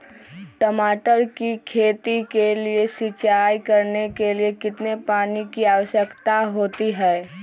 टमाटर की खेती के लिए सिंचाई करने के लिए कितने पानी की आवश्यकता होती है?